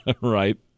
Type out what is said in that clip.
Right